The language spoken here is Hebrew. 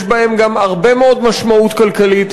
יש בהם גם הרבה מאוד משמעות כלכלית,